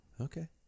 Okay